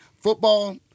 football